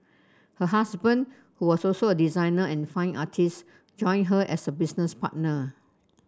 her husband who was also a designer and fine artist joined her as a business partner